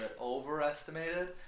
overestimated